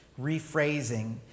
rephrasing